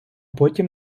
потім